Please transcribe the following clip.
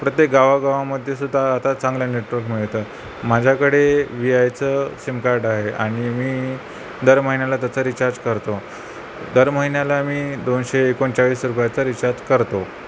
प्रत्येक गावागावामध्येसुद्धा आता चांगला नेटवर्क मिळतं माझ्याकडे वि आयचं सिमकार्ड आहे आणि मी दर महिन्याला त्याचा रिचार्ज करतो दर महिन्याला मी दोनशे एकोणचाळीस रुपयाचा रिचार्ज करतो